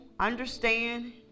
Understand